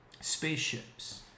Spaceships